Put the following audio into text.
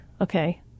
Okay